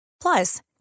Plus